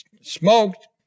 smoked